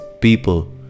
people